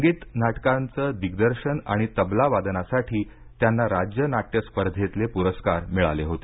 संगीत नाटकाचं दिग्दर्शन तबला वादनासाठी त्यांना राज्य नाट्य स्पर्धेतले पुरस्कार मिळाले होते